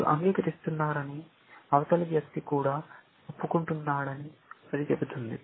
మీరు అంగీకరిస్తున్నారని అవతలి వ్యక్తి కూడా ఒప్పుకుంటున్నాడని అది చెబుతుంది